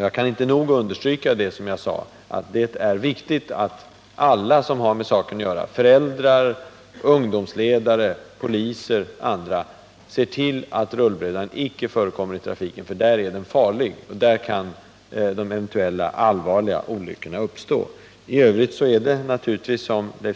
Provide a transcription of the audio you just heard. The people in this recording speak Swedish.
Jag kan inte nog understryka att det är viktigt att alla som har med saken att göra — föräldrar, ungdomsledare, poliser och andra — ser till, att rullbrädan inte förekommer i trafiken. Där är den farlig och där kan de eventuella allvarliga olyckorna inträffa. Som Leif